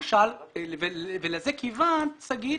לזה כיוונת, שגית.